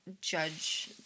judge